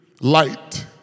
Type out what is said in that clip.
light